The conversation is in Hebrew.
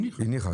היא הניחה.